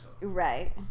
Right